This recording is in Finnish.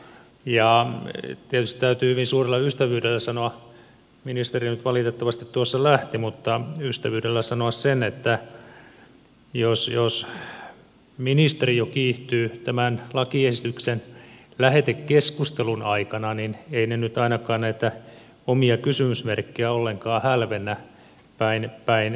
tietysti täytyy hyvin suurella ystävyydellä sanoa ministeri nyt valitettavasti tuossa lähti se että jos ministeri kiihtyy jo tämän lakiesityksen lähetekeskustelun aikana niin ei se nyt ainakaan näitä omia kysymysmerkkejä ollenkaan hälvennä päinvastoin